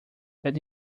that